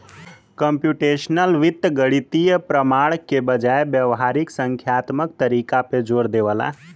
computational वित्त गणितीय प्रमाण के बजाय व्यावहारिक संख्यात्मक तरीका पे जोर देवला